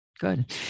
Good